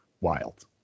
wild